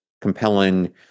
compelling